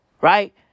right